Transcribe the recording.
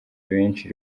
benshi